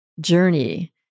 journey